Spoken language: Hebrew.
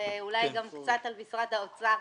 ואולי גם קצת על משרד האוצר,